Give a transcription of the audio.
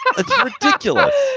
it's yeah ridiculous.